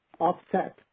offset